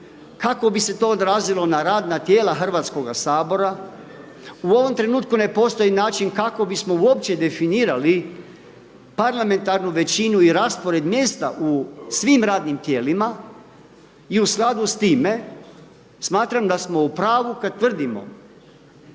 Kako bi se to odrazilo na radna tijela Hrvatskoga sabora? U ovom trenutku ne postoji način kako bismo uopće definirali parlamentarnu većinu i raspored mjesta u svim radnim tijelima i u skladu sa time smatram da smo u pravu kad tvrdimo